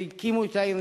שהקימו את העיר,